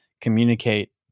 communicate